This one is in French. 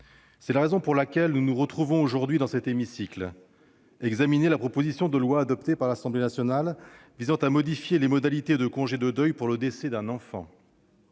ont à affronter. Nous nous retrouvons aujourd'hui dans cet hémicycle pour examiner la proposition de loi, adoptée par l'Assemblée nationale, visant à modifier les modalités de congé de deuil pour le décès d'un enfant.